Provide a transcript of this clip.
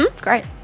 great